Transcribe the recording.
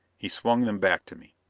he swung them back to me.